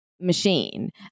machine